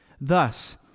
Thus